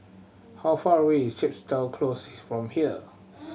how far away is Chepstow Close from here